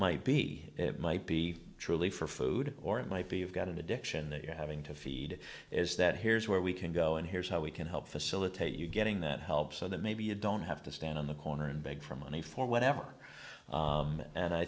might be it might be truly for food or it might be you've got an addiction that you're having to feed is that here's where we can go and here's how we can help facilitate you getting that help so that maybe you don't have to stand on the corner and beg for money for whatever and i